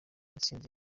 intsinzi